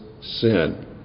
sin